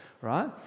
right